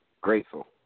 grateful